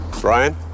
Brian